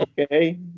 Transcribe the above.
okay